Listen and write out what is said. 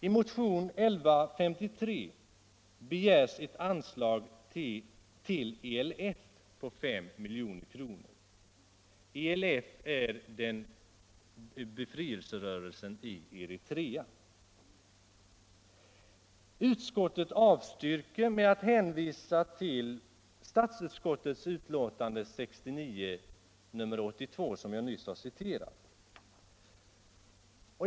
avstyrker motionen genom att hänvisa till statsutskottets utlåtande nr 82 år 1969, vilket jag nyss har citerat.